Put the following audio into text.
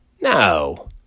No